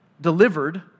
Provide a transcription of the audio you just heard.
delivered